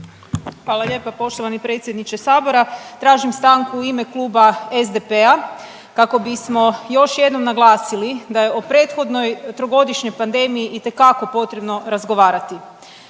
Hvala lijepa poštovani predsjedniče Sabora. Tražim stanku u ime Kluba SDP-a kako bismo još jednom naglasili da je o prethodnoj trogodišnjoj pandemiji itekako potrebno razgovarati.